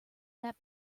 that